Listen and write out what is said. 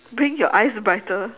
bring your eyes brighter